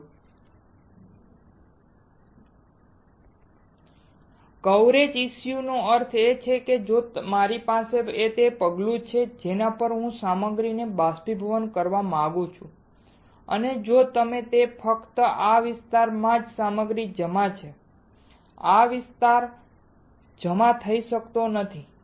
પગલું coverage issue નો અર્થ એ છે કે જો મારી પાસે તે પગલું છે જેના પર હું સામગ્રીને બાષ્પીભવન કરવા માંગુ છું અને તમે જોશો કે ફક્ત આ વિસ્તારમાં જ સામગ્રી જમા છે આ વિસ્તાર જમા થઈ શકતો નથી